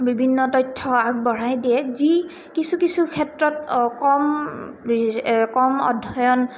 বিভিন্ন তথ্য আগবঢ়াই দিয়ে যি কিছু কিছু ক্ষেত্ৰত কম কম অধ্যয়ন